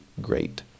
great